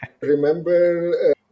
Remember